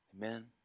Amen